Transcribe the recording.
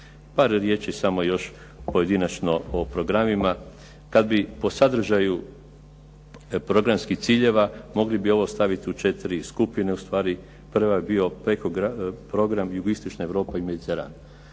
Par riječi samo još pojedinačno o programima. Kad bi po sadržaju programskih ciljeva mogli bi ovo staviti u četiri skupine ustvari. Prva je bio Program Jugoistočna Europa i Mediteran.